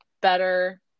better